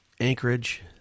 Anchorage